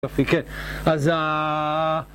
אז אההההה